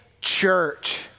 church